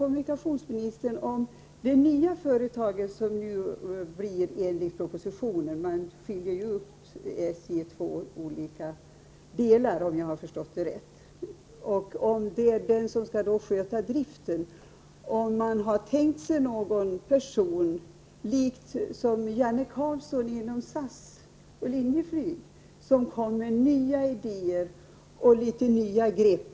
Om jag förstått det föreliggande propositionsförslaget rätt kommer SJ att delas upp på två olika enheter. Jag vill fråga kommunikationsministern om man för uppgiften att sköta driften har tänkt sig någon person som likt Janne Carlzon i SAS och tidigare i Linjeflyg kan komma med nya idéer och litet nya grepp.